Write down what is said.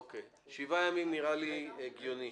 שבעה ימים נראה לי הגיוני.